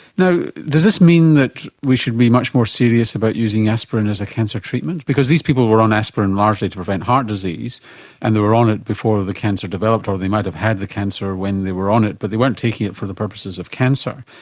now does this mean that we should be much more serious about using aspirin as a cancer treatment, because these people were on aspirin largely to prevent heart disease and they were on it before the cancer developed, or they might have had the cancer when they were on it but they weren't taking it for the purposes of cancer.